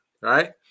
right